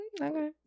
Okay